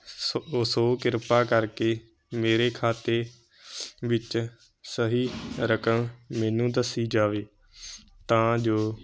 ਸੋ ਸੋ ਕ੍ਰਿਪਾ ਕਰਕੇ ਮੇਰੇ ਖਾਤੇ ਵਿੱਚ ਸਹੀ ਰਕਮ ਮੈਨੂੰ ਦੱਸੀ ਜਾਵੇ ਤਾਂ ਜੋ